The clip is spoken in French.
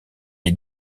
est